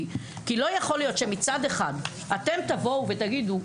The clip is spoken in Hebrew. כי לא יכול להיות שמצד אחד אתם תבואו ותגידו,